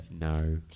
no